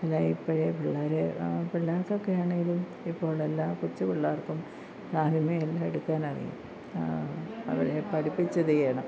ഇപ്പഴേ പിള്ളേർ പിള്ളേർക്കെക്കാണേലും ഇപ്പോഴെല്ലാ കൊച്ചു പിള്ളേർക്കും ആദ്യമേ ഇതെല്ലാം എടുക്കാനാറിയാം അവരെ പഠിപ്പിച്ച്തയാണ്